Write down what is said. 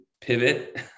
pivot